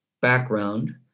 background